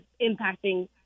impacting